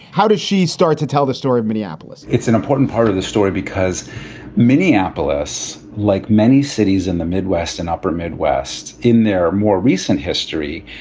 how does she start to tell the story in minneapolis? it's an important part of the story because minneapolis, like many cities in the midwest and upper midwest in their more recent history,